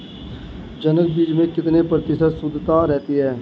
जनक बीज में कितने प्रतिशत शुद्धता रहती है?